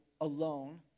alone